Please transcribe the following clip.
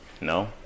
No